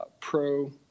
pro